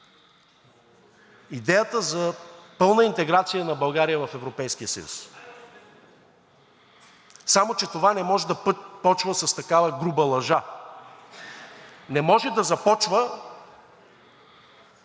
идеята за пълна интеграция на България в Европейския съюз. Само че това не може да почва с такава груба лъжа. Не може да започва